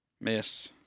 Miss